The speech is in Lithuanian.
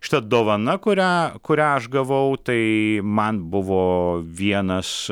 šita dovana kurią kurią aš gavau tai man buvo vienas